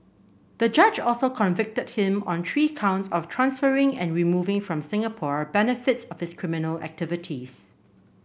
the judge also convicted him on three counts of transferring and removing from Singapore benefits of his criminal activities